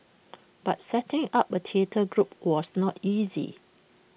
but setting up A theatre group was not easy